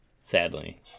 sadly